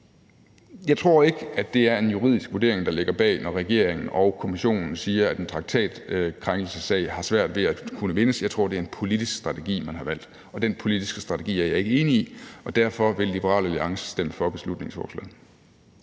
Jeg tror ikke, at det er en juridisk vurdering, der ligger bag, når regeringen og Kommissionen siger, at en traktatkrænkelsessag har svært ved at kunne vindes. Jeg tror, det er en politisk strategi, man har valgt. Den politiske strategi er jeg ikke enig i, og derfor vil Liberal Alliance stemme for beslutningsforslaget.